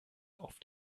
auf